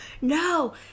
no